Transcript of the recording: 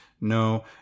no